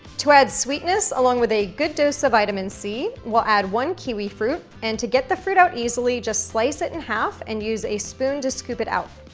to add sweetness along with a good dose of vitamin c, we'll add one kiwi fruit and to get the fruit out easily, just slice it in half and use a spoon to scoop it out.